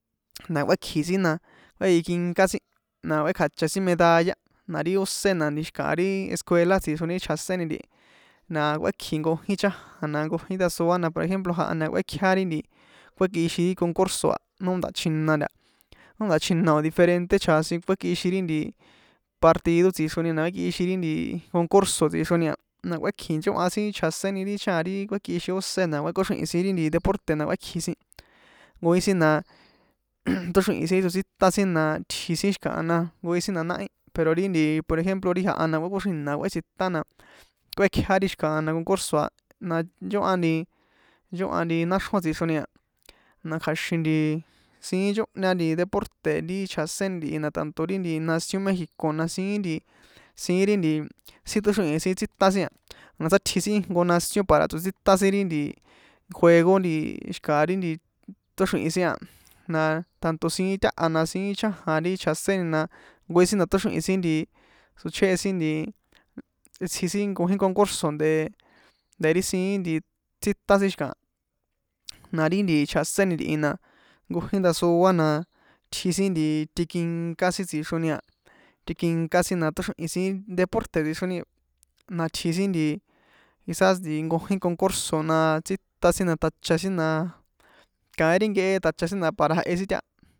Na kuékji sin na kuejikinká sin na kuékjacha sin medalla na ti ósé na xi̱kaha ri escuela tsixroni ri chjaséni ntihi na kuékji nkojin chajan na nkojin ndasoa na por ejemplo janhan na kuĕkjia ri nti kuékꞌixin ri concurso a nó nda̱chjina ntaha nó nda̱chjina nta nó nda̱chi na o̱ diferente chjasin kuékꞌixin ri nti partido tsixroni na kuékꞌixin ri concurso tsixroni a na kuékjì nchóhña sin chjaséni ri chajan ri kuékíxin ósé na kuékoxrihi̱n sin ri nti deporte̱ na kuékji sin nkojin sin na tóxrihi̱n sin tsotsítan sin tji sin xi̱kahana ne nkojin sin na náhí pero ri nti por ejemplo ri janhan na kuekoxrina kꞌuétsitan na kꞌuékjia ri xi̱kaha na concurso a na nchóhan nti náxrjón tsixroni a na kja̱xin nti siín nchóhña nti deporte̱ ri chjaséni ntihi na tanto ri nti nación mexico na siín nti siín ri nti sin tóxrihi̱n tsítan sin la sátji sin íjnko nación para tsotsítan sin ri nti juego nti xi̱ka ri nti tóxrihi̱n sin an na tanto siín táha na siín chajan ri chaséni na nkojin sin na tóxrihi̱n sin nti tsochjéhe sin nti itsji sin nkojin concurso de de ri siín nti tsítan sin xi̱kaha na ri nti chjaséni ntihi na nkojin ndasoa na tji sin nti tikinká sin tsoxroni a tikonká sin na tóxrihi̱n sin deporte̱ tsixroni na tji sin quizás nkojin concurso na tsítan sin na tjacha sin na kaín ri nkehe tjacha sin na para jehe sin táha.